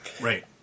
Right